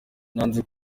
nanze